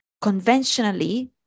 Conventionally